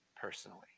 personally